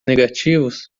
negativos